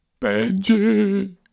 Benji